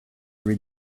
read